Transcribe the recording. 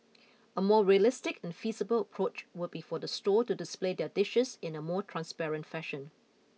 a more realistic and feasible approach would be for the stall to display their dishes in a more transparent fashion